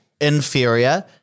inferior